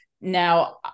now